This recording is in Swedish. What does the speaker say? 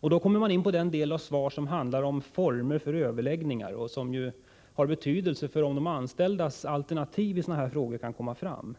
Då kommer jag in på den delen av svaret som handlar om former för överläggningar, som ju har betydelse för frågan om huruvida de anställdas alternativ till lösningar kan komma fram.